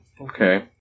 Okay